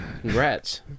Congrats